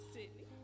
Sydney